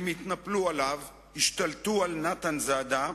הם התנפלו על נתן זאדה,